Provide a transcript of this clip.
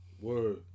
Word